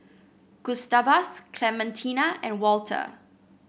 Gustavus Clementina and Walter